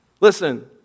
Listen